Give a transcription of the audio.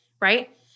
right